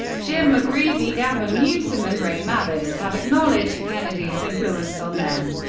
jim mcgreevey, gavin newsom, and ray mabus have acknowledged kennedy's influence on them.